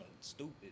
stupid